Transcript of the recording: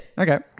Okay